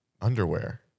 underwear